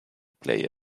play